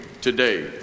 today